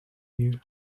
you